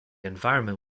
environment